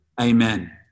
amen